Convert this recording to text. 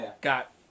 got